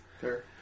Sure